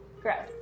Gross